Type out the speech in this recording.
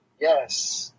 Yes